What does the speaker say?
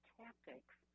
tactics